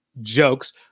jokes